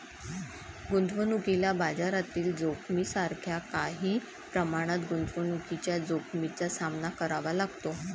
गुंतवणुकीला बाजारातील जोखमीसारख्या काही प्रमाणात गुंतवणुकीच्या जोखमीचा सामना करावा लागतो